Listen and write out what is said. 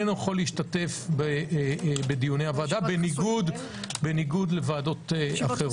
יכול להשתתף בדיוני הוועדה בניגוד לוועדות אחרות,